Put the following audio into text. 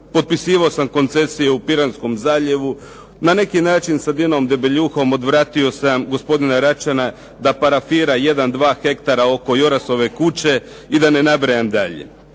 Potpisivao sam koncesije u Piranskom zaljevu. Na neki način sa Dinom Debeljuhom odvratio sam gospodina Račana da parafira jedan, dva hektara oko Jorasove kuće, i da ne nabrajam dalje.